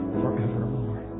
forevermore